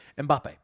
Mbappe